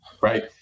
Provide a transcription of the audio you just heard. right